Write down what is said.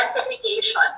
identification